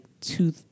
two